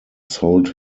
sold